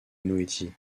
noétie